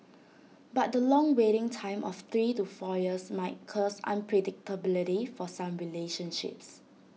but the long waiting time of three to four years might cause unpredictability for some relationships